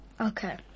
Okay